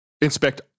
inspect